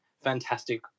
fantastic